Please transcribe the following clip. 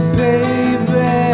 baby